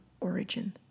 origin